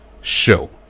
show